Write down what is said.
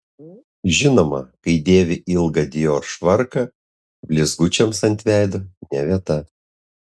žinoma kai dėvi ilgą dior švarką blizgučiams ant veido ne vieta